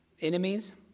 enemies